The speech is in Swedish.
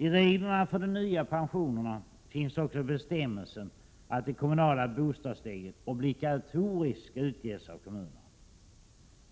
I reglerna för de nya pensionerna finns också bestämmelsen att de kommunala bostadstilläggen obligatoriskt skall utges av kommunerna.